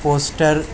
poster